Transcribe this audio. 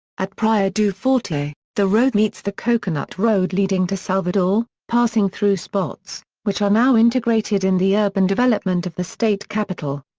at praia do forte, the road meets the coconut road leading to salvador, passing through spots, which are now integrated in the urban development of the state capital.